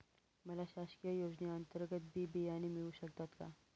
मला शासकीय योजने अंतर्गत बी बियाणे मिळू शकतात का?